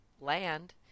land